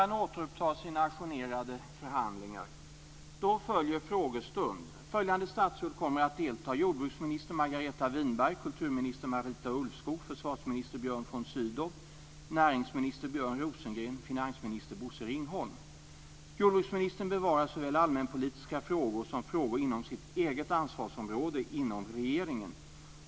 Nu följer frågestunden. Följande statsråd kommer att delta: jordbruksminister Margareta Winberg, kulturminister Marita Ulvskog, försvarsminister Björn von Sydow, näringsminister Björn Rosengren och finansminister Bosse Ringholm. Jordbruksministern besvarar såväl allmänpolitiska frågor som frågor inom sitt eget ansvarsområde inom regeringen.